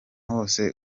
hose